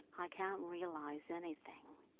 i can't realise anything.